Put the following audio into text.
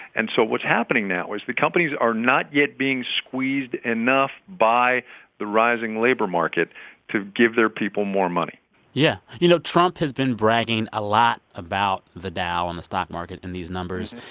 and so what's happening now is the companies are not yet being squeezed enough by the rising labor market to give their people more money yeah. you know, trump has been bragging a lot about the dow and the stock market and these numbers.